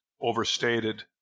overstated